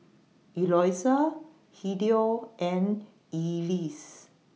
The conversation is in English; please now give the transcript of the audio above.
Eloisa Hideo and Elease